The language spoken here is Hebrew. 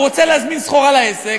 הוא רוצה להזמין סחורה לעסק,